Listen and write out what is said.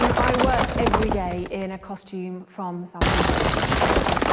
i work every day in a costume from some time in history.